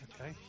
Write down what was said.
Okay